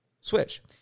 Switch